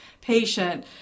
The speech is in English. patient